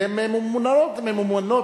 ואתה היית צריך לענות לי: